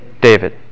David